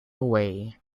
away